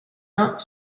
uns